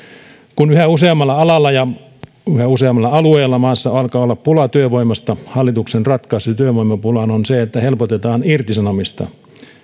kun yhä useammalla alalla ja yhä useammalla alueella maassamme alkaa olla pulaa työvoimasta hallituksen ratkaisu työvoimapulaan on se että helpotetaan irtisanomista